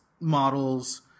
models